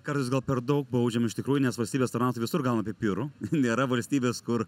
kartais gal per daug baudžiam iš tikrųjų nes valstybės tarnautojai visur gauna pipirų nėra valstybės kur